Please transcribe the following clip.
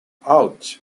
ouch